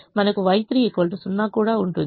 మనకు Y3 0 కూడా ఉంటుంది